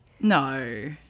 No